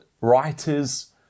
writers